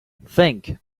think